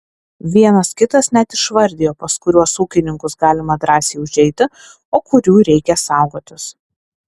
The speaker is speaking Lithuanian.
vienas kitas net išvardijo pas kuriuos ūkininkus galima drąsiai užeiti o kurių reikia saugotis